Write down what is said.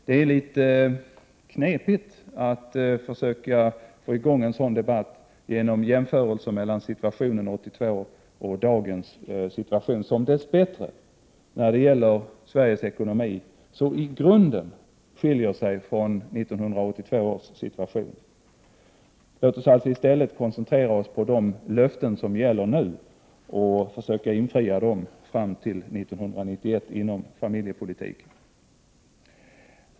Det är rätt knepigt att försöka få i gång en sådan debatt genom att jämföra situationen 1982 med dagens situation, som dess bättre i grunden skiljer sig från 1982 års situation när det gäller Sveriges ekonomi. Låt oss i stället koncentrera oss på de löften som nu gäller inom familjepolitiken och försöka infria dem fram till 1991.